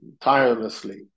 tirelessly